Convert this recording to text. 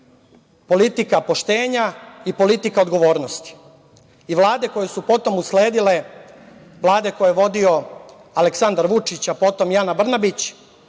politika poštenja i politika odgovornosti. Vlade koje su potom usledile, vlade koje je vodio Aleksandar Vučić, potom i Ana Brnabić